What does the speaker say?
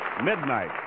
Midnight